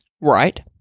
Right